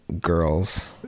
girls